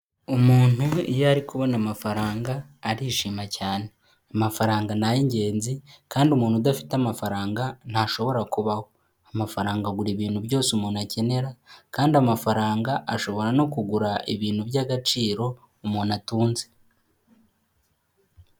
Umuntu iyo ari kubona amafaranga arishima cyane, amafaranga ni ay'ingenzi kandi umuntu udafite amafaranga ntashobora kubaho. Amafaranga agura ibintu byose umuntu akenera kandi amafaranga ashobora no kugura ibintu by'agaciro umuntu atunze.